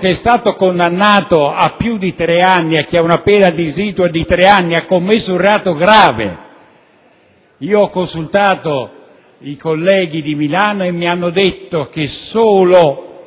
che è stato condannato a più di tre anni, che ha una pena residua di tre anni, ha commesso un reato grave. Ho consultato i colleghi di Milano e mi hanno detto che solo